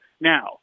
Now